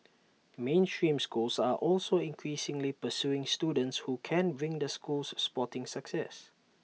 mainstream schools are also increasingly pursuing students who can bring their schools sporting success